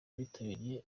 abitabiriye